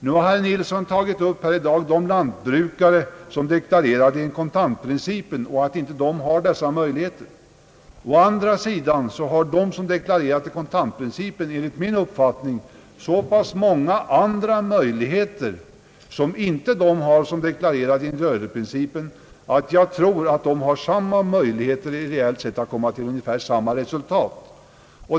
Nu har herr Nilsson tagit upp frågan om de lantbrukare som deklarerar enligt kontantprincipen och inte har dessa möjligheter. Men de har enligt min uppfattning så pass många andra möjligheter som inte de har som deklarerar enligt bokföringsmässiga grunder att jag tror att de reellt sett kan komma till samma resultat.